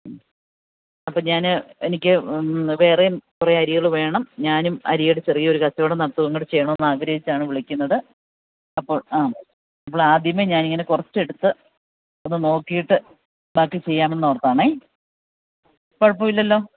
ഹമ് അപ്പോള് ഞാന് എനിക്ക് വേറെയും കുറെ അരികള് വേണം ഞാനും അരിയുടെ ചെറിയൊരു കച്ചവടം നടത്തുകയും കൂടെ ചെയ്യണമെന്ന് ആഗ്രഹിച്ചാണ് വിളിക്കുന്നത് അപ്പോൾ അപ്പോൾ ആദ്യമേ ഞാൻ ഇങ്ങനെ കുറച്ച് എടുത്ത് ഒന്ന് നോക്കിയിട്ട് ബാക്കി ചെയ്യാമെന്നോർത്താണ് കുഴപ്പമില്ലല്ലോ